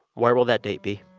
where will that date be?